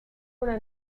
una